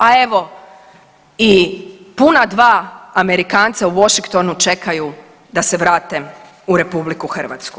A evo i puna dva Amerikanca u Washingtonu čekaju da se vrate u RH.